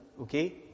okay